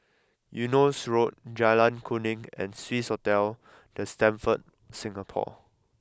Eunos Road Jalan Kuning and Swissotel The Stamford Singapore